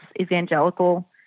evangelical